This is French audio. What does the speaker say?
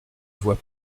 vois